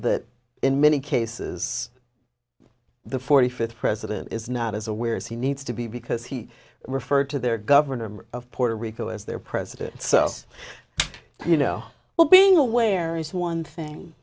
that in many cases the forty fifth president is not as aware as he needs to be because he referred to their governor of puerto rico as their president so you know well being aware is one thing